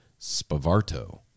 Spavarto